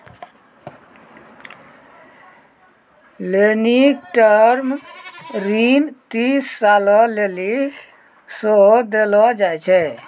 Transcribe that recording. लेनिक टर्म ऋण तीस सालो लेली सेहो देलो जाय छै